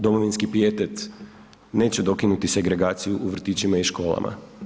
Domovinski pijetet neće dokinuti segregaciju u vrtićima i školama.